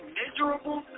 miserable